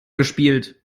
gespielt